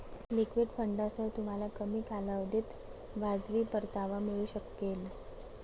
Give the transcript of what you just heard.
liquid फंडांसह, तुम्हाला कमी कालावधीत वाजवी परतावा मिळू शकेल